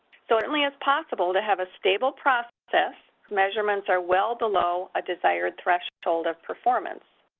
certainly is possible to have a stable process whose measurements are well below a desired threshold of performance.